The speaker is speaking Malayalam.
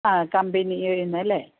ആ കമ്പനി ചെയ്യുന്നത് അല്ലേ